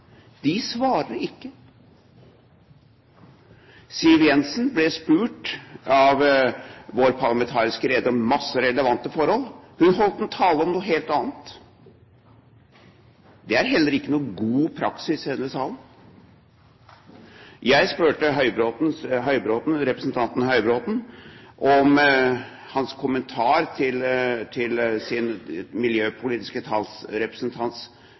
De svarer ikke. Siv Jensen ble spurt av vår parlamentariske leder om masse relevante forhold. Hun holdt en tale om noe helt annet. Det er heller ikke noen god praksis i denne salen. Jeg spurte representanten Høybråten om hans kommentar til hans miljøpolitiske